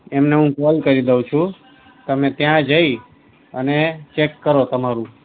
એમને હું કોલ કરી દઉં છું તમે ત્યાં જઈ અને ચેક કરો તમારું